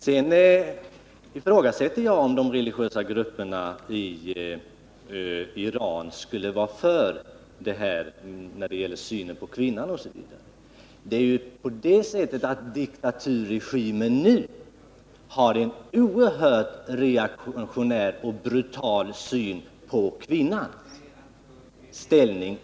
Jag ifrågasätter om de religiösa grupperna i Iran har den uppfattning som utrikesministern ville göra gällande när det gäller synen på kvinnan osv. Det är dessutom ett faktum att den nuvarande diktaturregimen har en oerhört reaktionär och brutal syn på kvinnans ställning.